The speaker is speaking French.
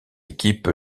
équipe